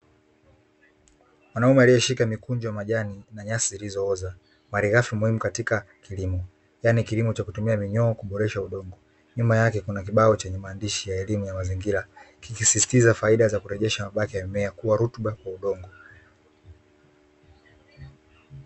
Mwanaume aliye shika mikunjo ya majani na nyasi zilizooza, malighafi muhimu katika kilimo yani kilimo cha kutumia minyoo kuboresha udongo. Nyuma yake kuna kibao chenye maandishi ya elimu ya mazingira kikisisitiza faida ya kurejesha mabaki ya mimea kua rutuba kwa udongo.